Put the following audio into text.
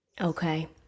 Okay